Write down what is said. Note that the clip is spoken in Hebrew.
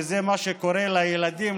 וזה מה שקורה לילדים,